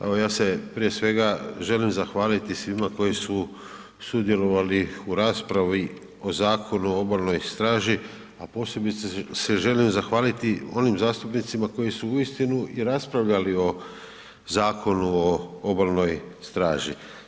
Evo ja se prije svega želim zahvaliti svima koji su sudjelovali u raspravi o Zakonu o Obalnoj straži a posebice se želim zahvaliti onim zastupnicima koji su uistinu i raspravljali o Zakonu o Obalnoj straži.